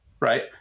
Right